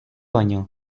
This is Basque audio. baino